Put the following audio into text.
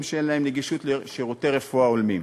שאין להם גישה לשירותי רפואה הולמים.